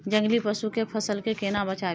जंगली पसु से फसल के केना बचावी?